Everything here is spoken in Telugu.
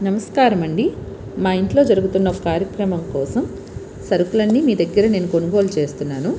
నమస్కారం అండి మా ఇంట్లో జరుగుతున్న కార్యక్రమం కోసం సరుకులన్నీ మీ దగ్గర నేను కొనుగోలు చేస్తున్నాను